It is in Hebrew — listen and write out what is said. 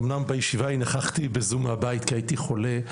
אומנם בישיבה ההיא נכחתי בזום מהבית כי הייתי חולה,